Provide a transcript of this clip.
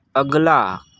अगला